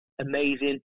amazing